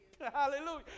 Hallelujah